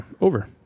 Over